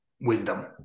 wisdom